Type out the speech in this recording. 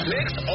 Next